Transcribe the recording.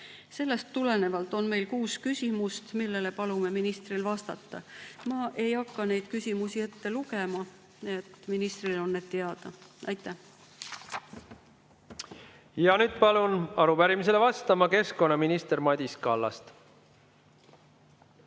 Sellest tulenevalt on meil kuus küsimust, millele palume ministril vastata. Ma ei hakka neid küsimusi ette lugema, ministrile on need teada. Aitäh! Ja nüüd palun arupärimisele vastama keskkonnaminister Madis Kallase.